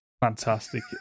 Fantastic